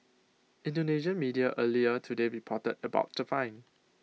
Indonesian media earlier today reported about the fine